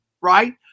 right